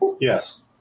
Yes